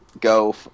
go